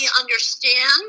understand